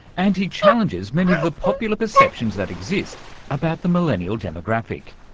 and he challenges many of the popular perceptions that exist about the millennial demographic.